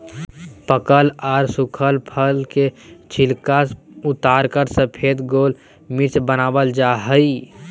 पकल आर सुखल फल के छिलका उतारकर सफेद गोल मिर्च वनावल जा हई